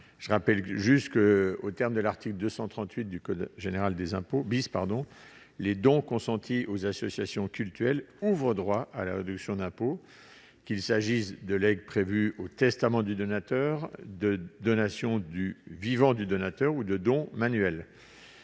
Je rappelle qu'aux termes de l'article 238 du code général des impôts, les dons consentis aux associations cultuelles ouvrent droit à la réduction d'impôt, qu'il s'agisse de legs prévus au testament du donateur, de donations du vivant du donateur ou de dons manuels.